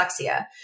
dyslexia